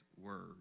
word